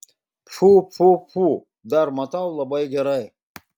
pfu pfu pfu dabar matau labai gerai